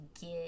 get